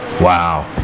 wow